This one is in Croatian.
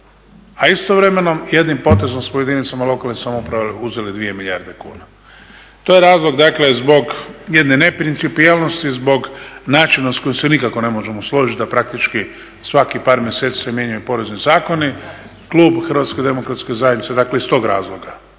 A istovremeno jednim potezom smo jedinice lokalne samouprave uzeli 2 milijarde kuna. To je razlog zbog jedne neprincipijelnosti zbog načina s kojim se nikako ne možemo složiti da praktički svakih par mjeseci se mijenjaju porezni zakoni. Klub HDZ-a iz tog razloga